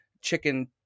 chicken